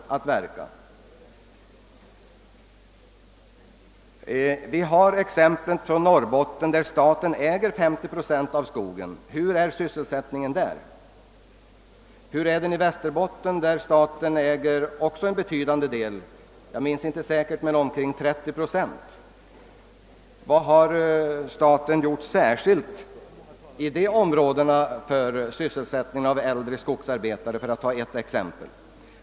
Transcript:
Hur är sysselsättningsläget exempelvis i Norrbotten där staten äger 50 procent av skogen, och hur är det i Västerbotten där staten också äger en betydande del, kanske omkring 30 procent? Vilka särskilda åtgärder har Domänverket vidtagit i dessa områden för att bereda sysselsättning åt äldre skogsarbetare, för att nu ta ett exempel?